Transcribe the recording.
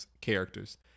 characters